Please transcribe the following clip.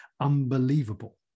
unbelievable